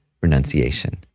renunciation